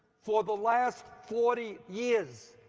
for the last forty year s,